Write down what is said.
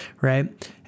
right